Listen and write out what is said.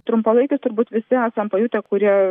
trumpalaikius turbūt visi esam pajutę kurie